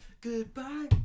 Goodbye